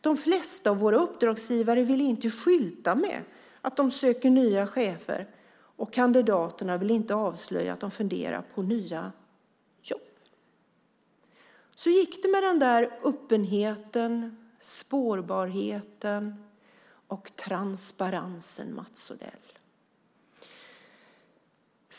De flesta av våra uppdragsgivare vill inte skylta med att de söker nya chefer, och kandidaterna vill inte avslöja att de funderar på nya jobb. Så gick det med öppenheten, spårbarheten och transparensen, Mats Odell!